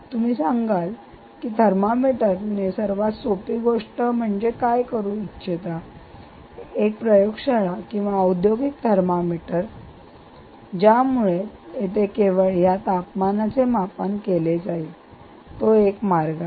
तर तुम्ही काय सांगाल की थर्मामीटरने सर्वात सोपी गोष्ट म्हणजे आपण करू इच्छित आहात की एक प्रयोगशाळा किंवा औद्योगिक थर्मामीटर ज्यामुळे येथे केवळ या तापमानाचे मापन केले जाईल तो एक मार्ग आहे